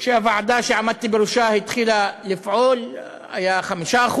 כשהוועדה שעמדתי בראשה התחילה לפעול היו 5%,